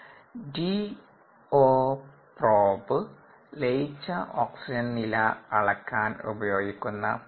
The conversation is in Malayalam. DO പ്രോബ് ലയിച്ച ഓക്സിജൻ നില അളക്കാൻ ഉപയോഗിക്കുന്ന പ്രോബ്